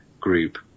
group